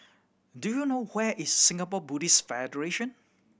do you know where is Singapore Buddhist Federation